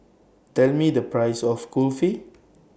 Tell Me The priceS of Kulfi